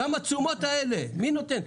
גם התשומות האלה, מי נותן?